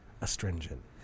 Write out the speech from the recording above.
astringent